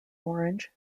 orange